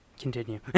continue